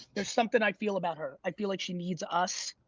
there's something i feel about her. i feel like she needs us